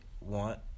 want